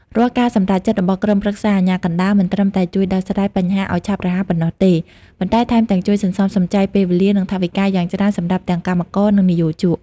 រាល់ការសម្រេចចិត្តរបស់ក្រុមប្រឹក្សាអាជ្ញាកណ្តាល មិនត្រឹមតែជួយដោះស្រាយបញ្ហាឱ្យបានឆាប់រហ័សប៉ុណ្ណោះទេ ប៉ុន្តែថែមទាំងជួយសន្សំសំចៃពេលវេលា និងថវិកាយ៉ាងច្រើនសម្រាប់ទាំងកម្មករ និងនិយោជក។